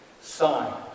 sign